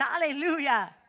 Hallelujah